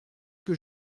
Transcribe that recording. que